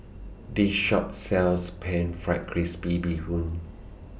This Shop sells Pan Fried Crispy Bee Hoon